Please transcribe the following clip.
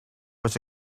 was